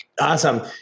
Awesome